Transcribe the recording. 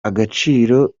y’agaciro